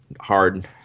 hard